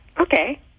Okay